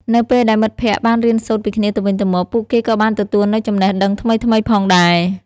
នៅពេលដែលមិត្តភក្តិបានរៀនសូត្រពីគ្នាទៅវិញទៅមក ពួកគេក៏បានទទួលនូវចំណេះដឹងថ្មីៗផងដែរ។